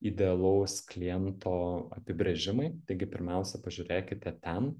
idealaus kliento apibrėžimai taigi pirmiausia pažiūrėkite ten